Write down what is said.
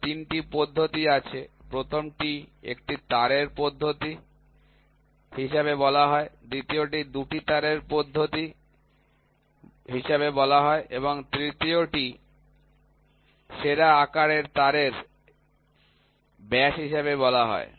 তাহলে তিনটি পদ্ধতি আছে প্রথমটি একটি তারের পদ্ধতি হিসাবে বলা হয় দ্বিতীয় টি দুটি তারের পদ্ধতি হিসাবে বলা হয় এবং তৃতীয়টি কে সেরা আকারের তারের ব্যাস হিসাবে বলা হয়